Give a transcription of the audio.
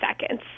seconds